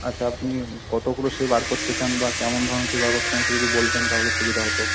আচ্ছা আপনি কতগুলো ছবি বার করতে চান বা কেমন ধরনের ছবি বার করতে চান একটু যদি বলতেন তাহলে সুবিধা হতো